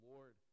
Lord